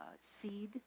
seed